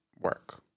work